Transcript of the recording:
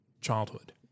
childhood